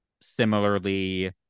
similarly